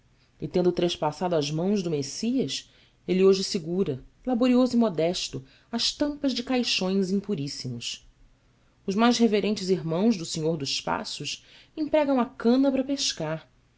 e tendo trespassado as mãos do messias ele hoje segura laborioso e modesto as tampas de caixões impuríssimos os mais reverentes irmãos do senhor dos passos empregam a cana para pescar